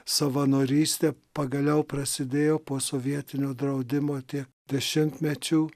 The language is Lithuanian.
savanorystė pagaliau prasidėjo posovietinio draudimo tie dešimtmečių